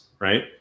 right